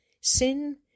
sin